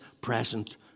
present